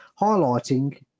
highlighting